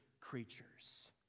creatures